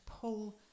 pull